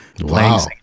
Wow